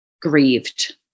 grieved